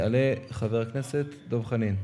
יעלה חבר הכנסת דב חנין.